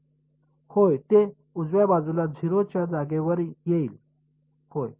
होय ते उजव्या बाजूला 0 च्या जागेवर येईल होय